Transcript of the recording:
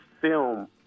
film